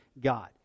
God